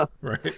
Right